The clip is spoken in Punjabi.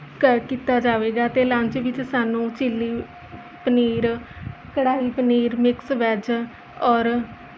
ਕਰ ਕੀਤਾ ਜਾਵੇਗਾ ਅਤੇ ਲੰਚ ਵਿੱਚ ਸਾਨੂੰ chilli paneer kadai paneer mix veg ਔਰ